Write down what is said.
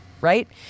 Right